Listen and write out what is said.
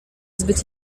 zbyt